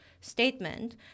statement